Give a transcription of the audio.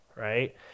right